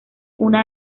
una